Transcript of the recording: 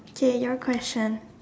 K your question